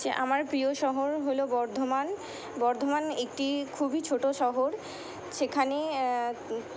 যে আমার প্রিয় শহর হলো বর্ধমান বর্ধমান একটি খুবই ছোটো শহর সেখানে